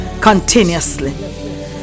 continuously